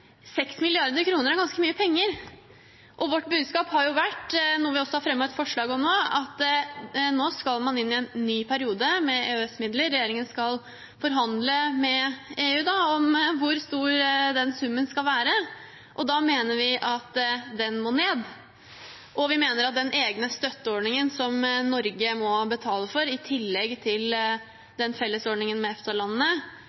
ganske mye penger. Vårt budskap har vært, noe vi også har fremmet et forslag om, at man nå skal inn i en ny periode med EØS-midler, og regjeringen skal forhandle med EU om hvor stor den summen skal være. Da mener vi at den må ned, og vi mener at den egne støtteordningen som Norge må betale for i tillegg til